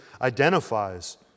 identifies